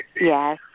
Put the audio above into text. Yes